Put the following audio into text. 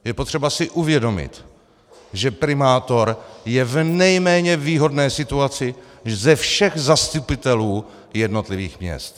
Je potřeba si uvědomit, že primátor je v nejméně výhodné situaci ze všech zastupitelů jednotlivých měst.